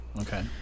Okay